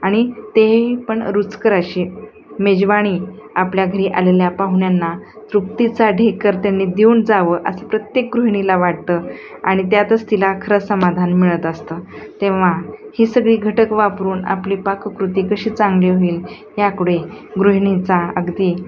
आणि ते पण रुचकर अशी मेजवानी आपल्या घरी आलेल्या पाहुण्यांना तृप्तीचा ढेकर त्यांनी देऊन जावं असं प्रत्येक गृहिणीला वाटतं आणि त्यातच तिला खरं समाधान मिळत असतं तेव्हा ही सगळी घटक वापरून आपली पाककृती कशी चांगली होईल याकडे गृहिणीचा अगदी